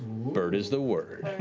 bird is the word.